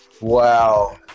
Wow